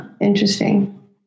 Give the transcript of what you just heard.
interesting